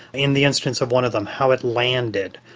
in the instance of one of them how it landed,